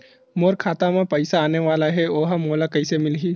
मोर खाता म पईसा आने वाला हे ओहा मोला कइसे मिलही?